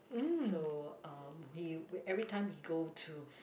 so uh we everytime we go to